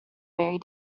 very